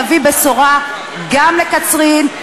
נביא בשורה גם לקצרין,